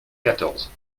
quatorze